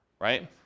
right